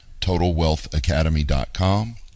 totalwealthacademy.com